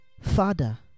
Father